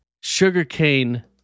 Sugarcane